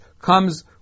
comes